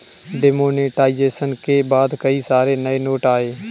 demonetisation के बाद कई सारे नए नोट आये